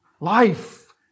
life